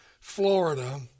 Florida